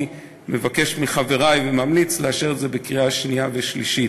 אני מבקש מחברי וממליץ לאשר אותו בקריאה שנייה ושלישית.